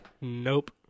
Nope